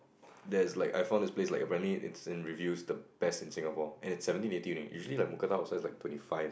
there's like I found this place like apparently it's in reviews the best in Singapore and it's seventeen eighty only usually like Mookata also it's like twenty five